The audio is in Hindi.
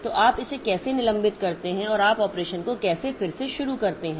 तो आप इसे कैसे निलंबित करते हैं और आप ऑपरेशन को कैसे फिर से शुरू करते हैं